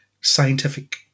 scientific